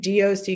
DOC